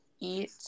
eat